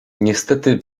niestety